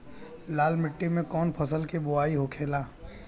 लाल मिट्टी में कौन फसल के बोवाई होखेला?